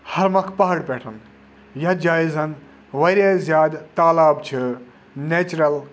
ہرمۄکھ پہاڑٕ پٮ۪ٹھ یتھ جایہِ زَن واریاہ زیادٕ تالاب چھِ نیچرَل